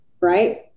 right